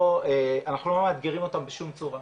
אנחנו לא מאתגרים אותם בשום צורה,